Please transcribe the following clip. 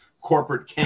corporate